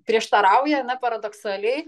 prieštarauja na paradoksaliai